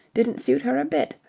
didn't suit her a bit.